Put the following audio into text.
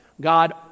god